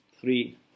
three